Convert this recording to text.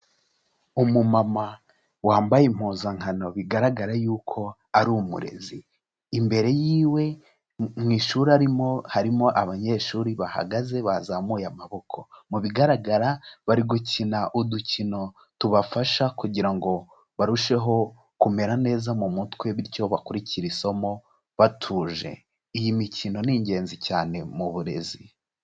Umumama wambaye impuzankano bigaragara yuko ari umurezi, imbere yiwe mu ishuri arimo harimo abanyeshuri bahagaze bazamuye amaboko. Mu bigaragara bari gukina udukino tubafasha kugira ngo barusheho kumera neza mu mutwe, bityo bakurikire isomo batuje. Iyi mikino ni ingenzi cyane mu burezi.